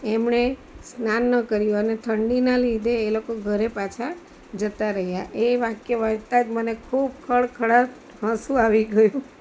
એમણે સ્નાન ન કર્યું અને ઠંડીના લીધે એ લોકો ઘરે પાછા જતાં રહ્યાં એ વાક્ય વાંચતા જ મને ખૂબ ખડખડાટ હસુ આવી ગયું